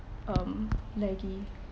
um laggy